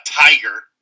tiger